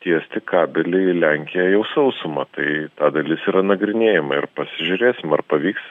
tiesti kabelį į lenkiją jau sausuma tai ta dalis yra nagrinėjama ir pasižiūrėsim ar pavyks